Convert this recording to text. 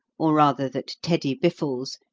or rather that teddy biffles,